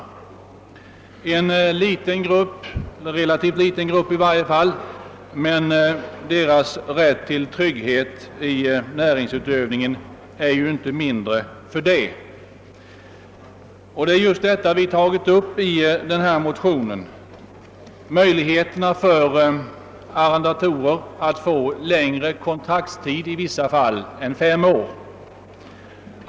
De utgör en relativt liten grupp, men deras rätt till trygghet i näringsutövningen är ju inte mindre för det. Vi har i den här motionen tagit upp just möjligheterna för arrendatorer att få längre kontraktstid i vissa fall än fem år.